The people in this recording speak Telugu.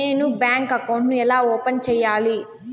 నేను బ్యాంకు అకౌంట్ ను ఎలా ఓపెన్ సేయాలి?